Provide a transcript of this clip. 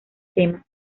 tema